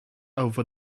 over